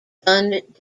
gunned